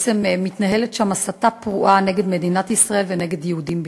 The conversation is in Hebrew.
בעצם מתנהלת שם הסתה פרועה נגד מדינת ישראל ונגד יהודים בכלל.